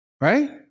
Right